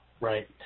right